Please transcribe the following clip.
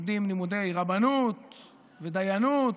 לומדים לימודי רבנות ודיינות.